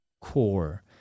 core